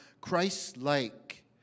Christ-like